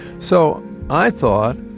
so i thought,